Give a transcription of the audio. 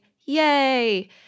Yay